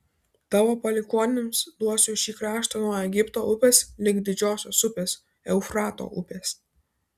tavo palikuonims duosiu šį kraštą nuo egipto upės lig didžiosios upės eufrato upės